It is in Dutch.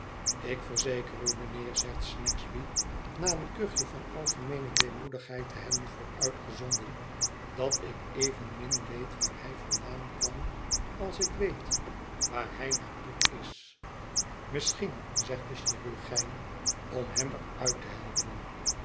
ik verzeker u mijnheer zegt snagsby na een kuchje van algemeene deemoedigheid te hebben vooruitgezonden dat ik evenmin weet waar hij vandaan kwam als ik weet waar hij naar toe is misschien zegt de chirurgijn om hem er uit te helpen